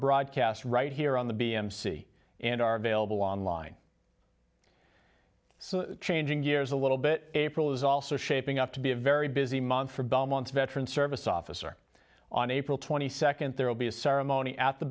broadcast right here on the b m c and are available online so changing gears a little bit april is also shaping up to be a very busy month for belmont veterans service officer on april twenty second there will be a ceremony at the